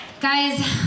Guys